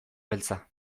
beltza